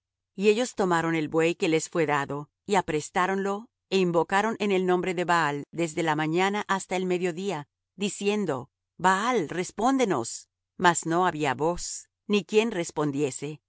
y ellos tomaron el buey que les fué dado y aprestáronlo é invocaron en el nombre de baal desde la mañana hasta el medio día diciendo baal respóndenos mas no había voz ni quien respondiese